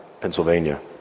Pennsylvania